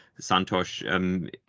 Santosh